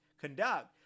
conduct